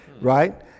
right